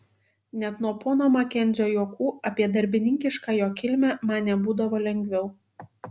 net nuo pono makenzio juokų apie darbininkišką jo kilmę man nebūdavo lengviau